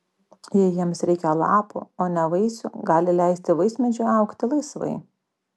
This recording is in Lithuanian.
jei jiems reikia lapų o ne vaisių gali leisti vaismedžiui augti laisvai